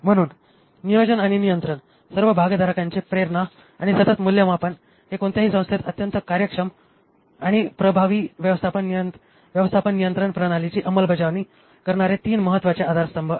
म्हणून नियोजन आणि नियंत्रण सर्व भागधारकांचे प्रेरणा आणि सतत मूल्यमापन हे कोणत्याही संस्थेत अत्यंत कार्यक्षम आणि प्रभावी व्यवस्थापन नियंत्रण प्रणालीची अंमलबजावणी करणारे तीन महत्त्वाचे आधारस्तंभ आहेत